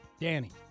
Danny